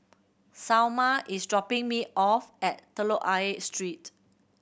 Salma is dropping me off at Telok Ayer Street